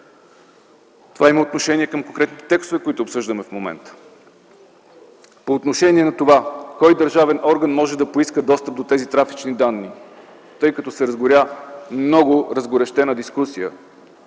Това има отношение към конкретните текстове, които обсъждаме в момента. По отношение на това кой държавен орган може да поиска достъп до тези трафични данни, тъй като имаше много разгорещена дискусия,